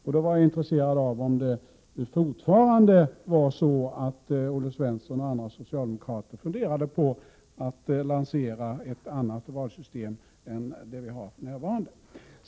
Jag var intresserad av att få veta om Olle Svensson och andra socialdemokrater fortfarande funderar på att lansera ett annat valsystem än det vi har för närvarande.